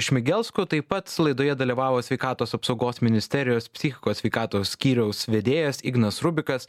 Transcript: šmigelsku taip pat laidoje dalyvavo sveikatos apsaugos ministerijos psichikos sveikatos skyriaus vedėjas ignas rubikas